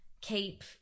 keep